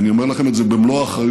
ואני אומר לכם את זה במלוא האחריות,